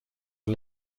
are